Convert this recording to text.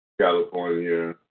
California